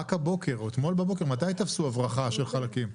רק הבוקר או אתמול בבוקר מתי תפסו הברחה של חלקים?